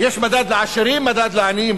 יש מדד לעשירים ומדד לעניים.